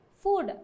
food